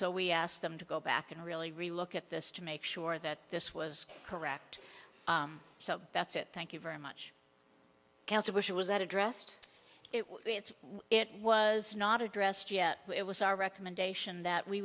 so we asked them to go back and really really look at this to make sure that this was correct so that's it thank you very much counselor she was that addressed it it was not addressed yet it was our recommendation that we